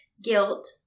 Guilt